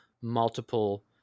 multiple